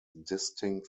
distinct